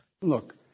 Look